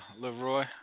LeRoy